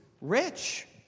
rich